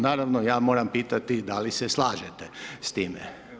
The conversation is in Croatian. Naravno, ja moram pitati da li se slažete s time?